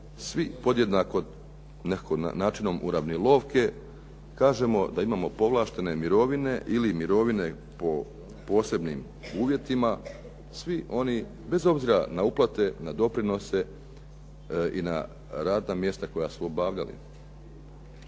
svi podjednako nekako na načinom "Uravnilovke" kažemo da imamo povlaštene mirovine ili mirovine po posebnim uvjetima, svi oni bez obzira na uplate, na doprinose i na radna mjesta koja su obavljali